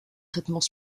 traitements